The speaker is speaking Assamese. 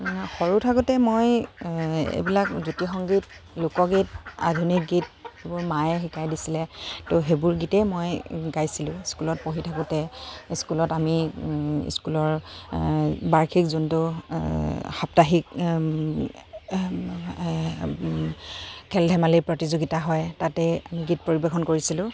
সৰু থাকোঁতে মই এইবিলাক জ্য়োতি সংগীত লোকগীত আধুনিক গীত এইবোৰ মায়ে শিকাই দিছিলে ত' সেইবোৰ গীতেই মই গাইছিলোঁ স্কুলত পঢ়ি থাকোঁতে স্কুলত আমি স্কুলৰ বাৰ্ষিক যোনটো সাপ্তাহিক খেল ধেমালিৰ প্ৰতিযোগিতা হয় তাতেই গীত পৰিৱেশন কৰিছিলোঁ